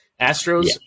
Astros